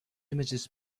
images